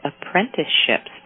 apprenticeships